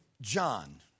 John